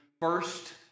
first